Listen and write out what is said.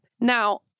now